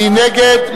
מי נגד?